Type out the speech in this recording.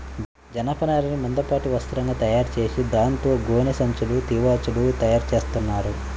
జనపనారని మందపాటి వస్త్రంగా తయారుచేసి దాంతో గోనె సంచులు, తివాచీలు తయారుచేత్తన్నారు